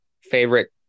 favorite